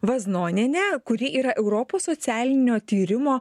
vaznonienė kuri yra europos socialinio tyrimo